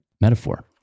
metaphor